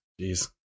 Jeez